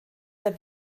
der